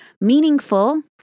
meaningful